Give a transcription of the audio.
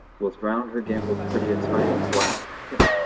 whilst round her gambolled prettily a tiny black kitten.